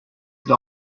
have